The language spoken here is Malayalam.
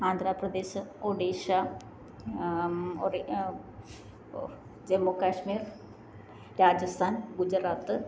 ആന്ധ്രാപ്രദേശ് ഒഡിഷ ജമ്മുകാശ്മീർ രാജസ്ഥാൻ ഗുജറാത്ത്